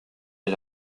est